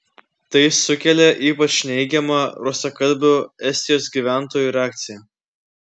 tai sukėlė ypač neigiamą rusakalbių estijos gyventojų reakciją